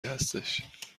هستش